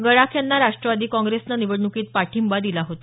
गडाख यांना राष्टवादी काँग्रेसनं निवडण्कीत पाठिंबा दिला होता